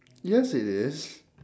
yes it is